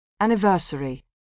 Anniversary